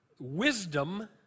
wisdom